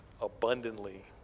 abundantly